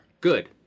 good